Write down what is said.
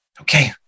Okay